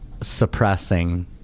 suppressing